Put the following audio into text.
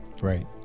Right